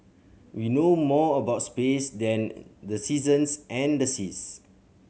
we know more about space than the seasons and the seas